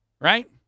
right